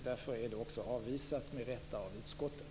Det har därför också med rätta avvisats av utskottet.